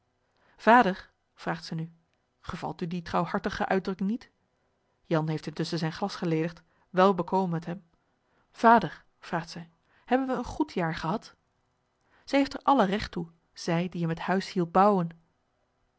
vader vraagt ze nu gevalt u de trouwhartige uitdrukking niet jan heeft intusschen zijn glas geledigd wèl bekome het hem vader vraagt zij hebben we een goed jaar gehad zij heeft er alle regt toe zij die hem het huis hielp bouwen